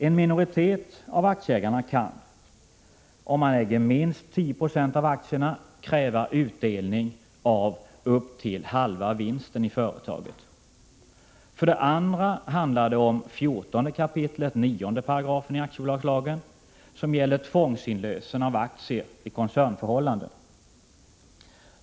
En minoritet av aktieägarna kan — om man äger minst 10 96 av aktierna — kräva utdelning av upp till halva vinsten i företaget. För det andra handlar det om 14 kap. 9 § aktiebolagslagen, som gäller tvångsinlösen av aktier i koncernförhållanden.